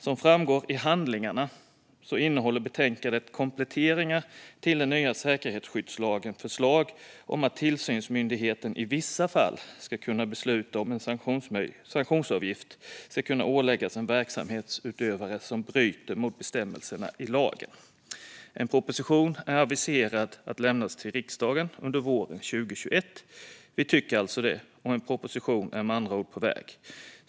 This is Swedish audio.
Som framgår av handlingarna innehåller betänkandet Kompletteringar till den nya säkerhetsskydds lagen förslag om att tillsynsmyndigheten i vissa fall ska kunna besluta om att en sanktionsavgift ska kunna åläggas en verksamhetsutövare som bryter mot bestämmelserna i lagen. En proposition är aviserad att lämnas till riksdagen under våren 2021. Vi tycker alltså det, och en proposition är med andra ord på väg.